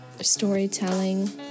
Storytelling